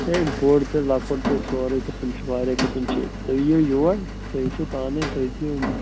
ہے بوٚڑ تہٕ لۄکُٹ تہِ سورُے قٕسٕم چھِ واریاہ قٕسٕم چھِ ییٚتہِ تُہۍ یِیِو یور تُہۍ وٕچھِو پانَے تُہۍ دِیِو